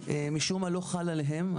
משום מה לא חל עליהם.